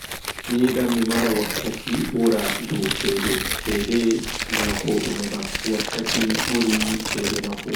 Mi yiɗan mi mara wakkati ɓura ɗou ceɗe ceɗe na ko ɗume ɓa wakkati ɓuri ceɗe nafu